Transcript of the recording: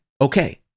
okay